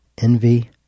envy